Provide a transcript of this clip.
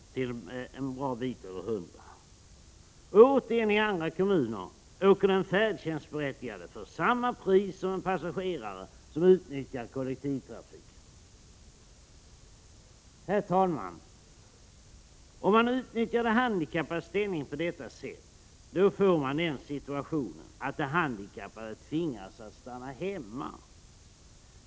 och en bra bit över 100 kr. Återigen i andra kommuner åker den färdtjänstberättigade för samma pris som passageraren som utnyttjar kollektivtrafiken. Herr talman! Om man utnyttjar de handikappades ställning på detta sätt, får man den situationen att de handikappade tvingas att stanna hemma.